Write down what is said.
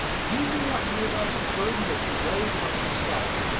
you do not realise the burden that you lay upon yourself,